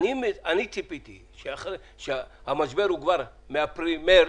אני ציפיתי שאם המשבר הוא ממרץ,